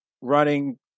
running